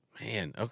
Man